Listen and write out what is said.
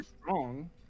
strong